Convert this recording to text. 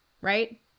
right